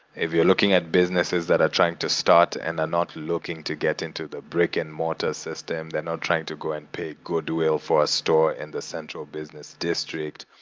if you're looking at businesses that are trying to start and are not looking to get into the brick and mortar system, they're not trying to go and pay goodwill for a store in the central business district,